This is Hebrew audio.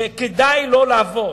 שכדאי לא לעבוד,